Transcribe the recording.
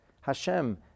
Hashem